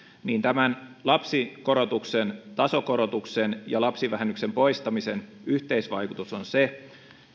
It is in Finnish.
niin tämän lapsikorotuksen tasokorotuksen ja lapsivähennyksen poistamisen yhteisvaikutus on se